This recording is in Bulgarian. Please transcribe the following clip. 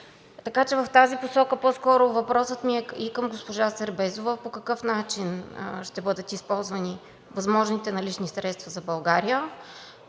система. В тази посока по-скоро въпросът ми е и към госпожа Сербезова: по какъв начин ще бъдат използвани възможните налични средства за България,